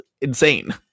insane